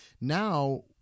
Now